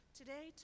today